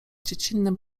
dziecinnym